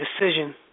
decision